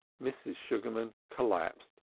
mrs. sugarman collapsed,